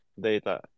data